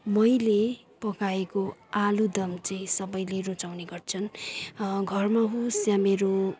मैले पकाएको आलुदम चाहिँ सबैले रुचाउने गर्छन् घरमा होस् या मेरो